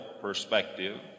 perspective